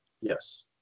Yes